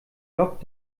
log